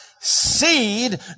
seed